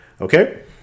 Okay